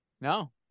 No